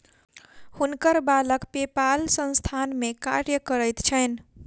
हुनकर बालक पेपाल संस्थान में कार्य करैत छैन